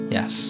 Yes